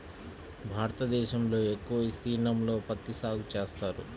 భారతదేశంలో ఎక్కువ విస్తీర్ణంలో పత్తి సాగు చేస్తారు